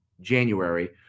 January